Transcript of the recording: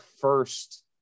first